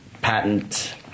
Patent